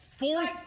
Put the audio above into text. Fourth